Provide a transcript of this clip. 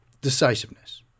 Decisiveness